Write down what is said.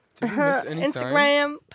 Instagram